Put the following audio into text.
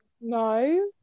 no